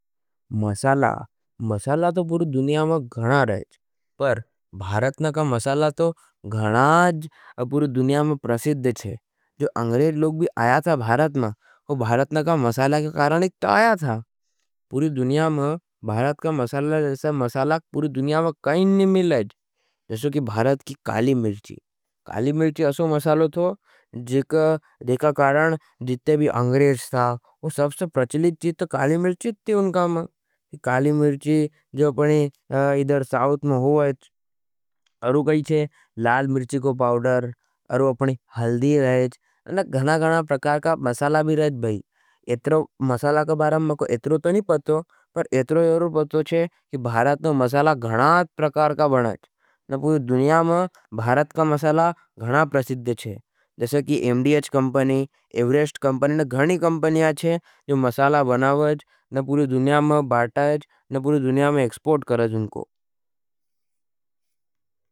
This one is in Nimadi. मसाला, मसाला तो पूरी दुनिया में घणा रहेज, पर भारतन का मसाला तो घणाज पूरी दुनिया में प्रसिद्ध हज। जो अंग्रेज लोग भारत में आया था। वो भारतन का मसाला के कारणे तो आया था। पूरी दुनिया में भारत का मसाला के कारणे पूरी दुनिया में काई नहीं नहीं मिलेज। जसों कि भारत की काली मिर्ची, काली मिर्ची असों मसालो थो, जिक देका कारण जित्ते भी अंग्रेज था, वो सबसे प्रचलीची तो काली मिर्ची थी उनका में। काली मिर्ची जो अपनी इदर साऊथ में हुआ हजच, अरु कही छे लाल मिर्ची को पाउडर, अरु अपनी हल्दी रहेच और गना गना प्रकार का मसाला भी रहेच भाई। एतरो मसाला का भाराम में को एतरो तो नहीं पतो, पर एतरो यहरू पतो छे कि भारात ने मसाला गना प्रकार का बनेच न पूरी दुनिया में भारात का मसाला गना प्रसिद्धे छे। जसकी एमडीएच कमपणी, एवरेस्ट कमपणी न घणी कमपणिया छे जो मसाला बनावेच न पूरी दुनिया में बाताएच न पूरी दुनिया में एकसपोर्ट करेज उनको।